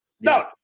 No